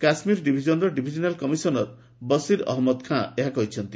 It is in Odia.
କାଶ୍ମୀର ଡିଭିଜନ୍ର ଡିଭିଜ୍ନାଲ୍ କମିଶନର୍ ବସିର୍ ଅହମ୍ମଦ୍ ଖାଁ ଏହା କହିଛନ୍ତି